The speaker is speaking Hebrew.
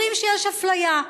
אומרים שיש אפליה,